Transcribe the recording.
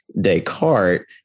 Descartes